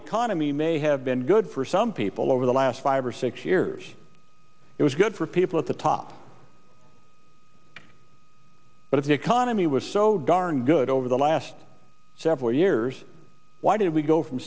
economy may have been good for some people over the last five or six years it was good for people at the top but if the economy was so darn good over the last several years why did we go from